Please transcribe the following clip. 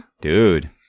dude